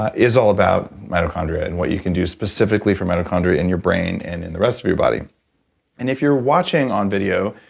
ah is all about mitochondria and what you can do specifically for mitochondria in your brain and in the rest of your body and if you're watching on video,